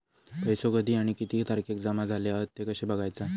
पैसो कधी आणि किती तारखेक जमा झाले हत ते कशे बगायचा?